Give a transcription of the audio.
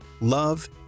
love